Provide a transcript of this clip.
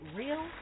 real